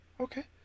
Okay